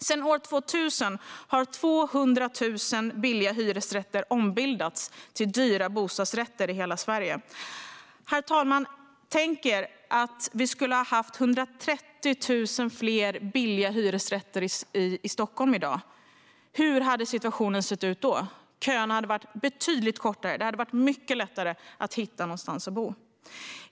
Sedan år 2000 har 200 000 billiga hyresrätter ombildats till dyra bostadsrätter i hela Sverige. Tänk er att vi hade haft 130 000 fler billiga hyresrätter i Stockholm i dag! Hur hade situationen sett ut då? Köerna hade varit betydligt kortare, och det hade varit mycket lättare att hitta någonstans att bo.